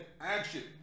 action